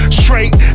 straight